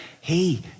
hey